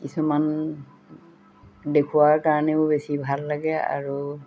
কিছুমান দেখুৱাৰ কাৰণেও বেছি ভাল লাগে আৰু